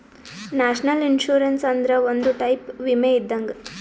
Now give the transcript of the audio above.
national insurance ಅಂದ್ರ ಇದು ಒಂದ್ ಟೈಪ್ ವಿಮೆ ಇದ್ದಂಗ್